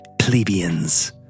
plebeians